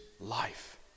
life